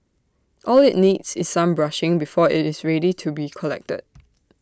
all IT needs is some brushing before IT is ready to be collected